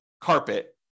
carpet